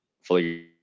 fully